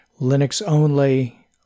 Linux-only